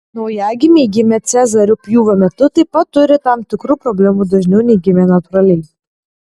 naujagimiai gimę cezario pjūvio metu taip pat turi tam tikrų problemų dažniau nei gimę natūraliai